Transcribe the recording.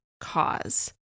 cause